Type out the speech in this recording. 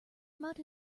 amount